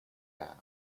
down